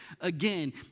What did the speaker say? again